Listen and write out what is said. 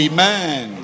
Amen